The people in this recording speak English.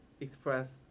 express